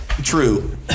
True